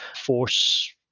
force